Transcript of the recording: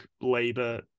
Labour